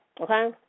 Okay